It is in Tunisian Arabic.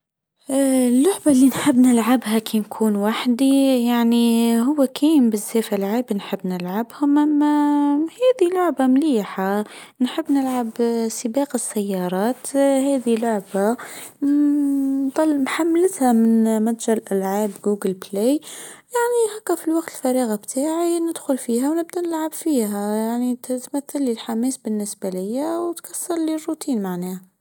اللعبه إللي نحب نلعبها كي نكون وحدي يعني. هو كيم بالزيف اللعاب نحب نلعبهم اما هذه لعبه مليحه نحب نلعب سباق السيارات هذه لعبه ظل محملتها من متجر العاب جوجل بلاي يعني هكا في الوقت فارغ بتاعي ندخل فيها ونبدأ نلعب فيها يعني تثبت لي الحماس بالنسبه لي وتكسرلي الروتين معناه.